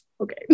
okay